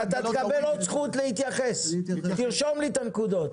אתה תקבל עוד זכות להתייחס ותרשום לי את הנקודות.